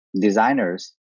designers